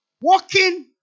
Walking